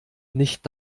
nicht